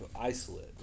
isolate